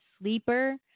sleeper